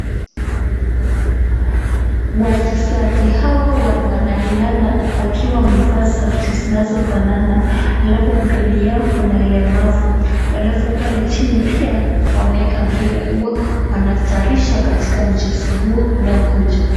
Wachezaji hawa wanariadha wakiwa wamevaa soksi zinazofanana, alafu mbele yao kuna walemavu alafu pale chini pia wameweka mpira huo wanatayarisha mchezo huo unaokuja.